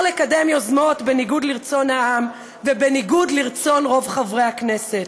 לקדם יוזמות בניגוד לרצון העם ובניגוד לרצון רוב חברי הכנסת.